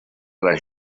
les